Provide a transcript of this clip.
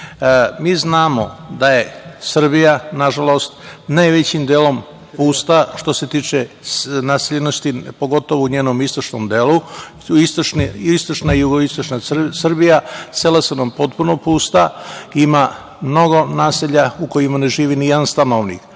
mi znamo da je Srbija nažalost najvećim delom pusta što se tiče naseljenosti pogotovo u njenom istočnom delu, istočna i jugoistočna Srbija. Sela su nam potpuno pusta. Ima mnogo naselja u kojima ne živi nijedan stanovnik,